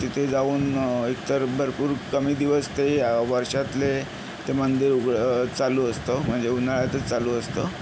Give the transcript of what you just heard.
तिथे जाऊन एक तर भरपूर कमी दिवस ते वर्षातले ते मंदिर उघडं चालू असतं म्हणजे उन्हाळ्यातच चालू असतं